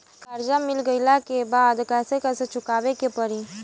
कर्जा मिल गईला के बाद कैसे कैसे चुकावे के पड़ी?